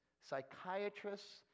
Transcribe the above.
psychiatrists